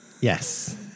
Yes